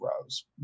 rows